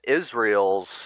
Israel's